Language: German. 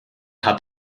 hat